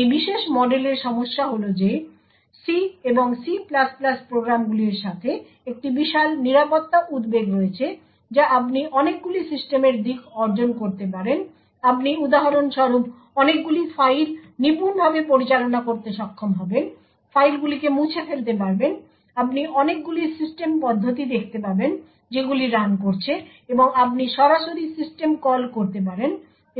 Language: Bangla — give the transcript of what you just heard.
এই বিশেষ মডেলের সমস্যা হল যে C এবং C প্রোগ্রামগুলির সাথে একটি বিশাল নিরাপত্তা উদ্বেগ রয়েছে যা আপনি অনেকগুলি সিস্টেমের দিক অর্জন করতে পারেন আপনি উদাহরণ স্বরূপ অনেকগুলি ফাইল নিপূণভাবে পরিচালনা করতে সক্ষম হবেন ফাইলগুলিকে মুছে ফেলতে পারবেন আপনি অনেকগুলি সিস্টেম পদ্ধতি দেখতে পাবেন যেগুলি রান করছে এবং আপনি সরাসরি সিস্টেম কল করতে পারেন